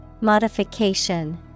Modification